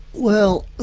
well,